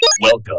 welcome